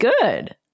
good